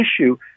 issue